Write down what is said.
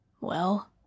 Well